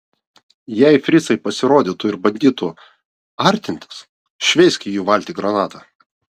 jei fricai pasirodytų ir bandytų artintis šveisk į jų valtį granatą